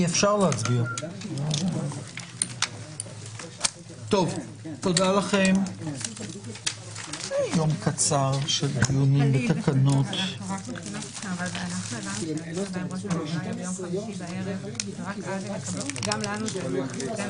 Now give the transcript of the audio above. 15:56.